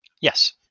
Yes